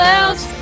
else